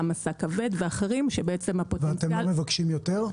משא כבד ואחרים שבעצם הפוטנציאל --- ואתם לא מבקשים יותר?